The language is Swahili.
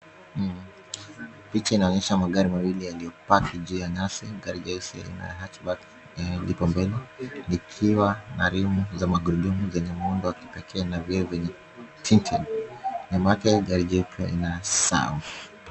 Picha inaonyesha magari mawili yaliyopark juu ya nyasi. Gari nyeusi ya hatchback lipo mbele likiwa na rimu ya magurudumu zenye muundo wa kipekee na vioo vyenye tinti. Nyuma yake ni gari jeupe la SUV.